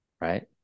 right